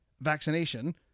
vaccination